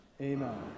Amen